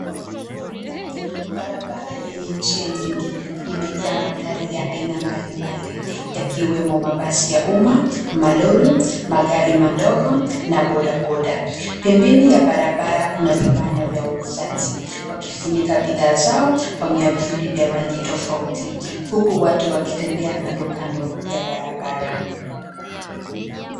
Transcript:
Barabara yenye njia nyingi imejaa magari ya aina mbalimbali yakiwemo mabasi ya umma, malori, magari madogo na bodaboda. Pembeni ya barabara kuna vibanda vya wauzaji wakifunika bidhaa zao kwa miavuli vya rangi tofauti, huku watu wakitembea kando, kando ya barabara.